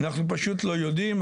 אנחנו פשוט לא יודעים.